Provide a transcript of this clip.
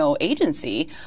agency